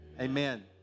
Amen